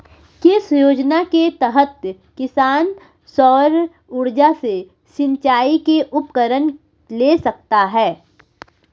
किस योजना के तहत किसान सौर ऊर्जा से सिंचाई के उपकरण ले सकता है?